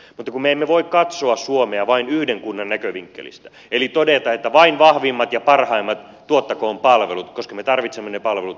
mutta kun me emme voi katsoa suomea vain yhden kunnan näkövinkkelistä eli todeta että vain vahvimmat ja parhaimmat tuottakoot palvelut koska me tarvitsemme ne palvelut kaikille